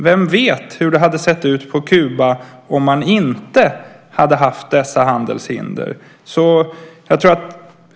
Vem vet hur det hade sett ut på Kuba om man inte hade haft dessa handelshinder?